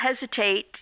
hesitate